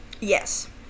Yes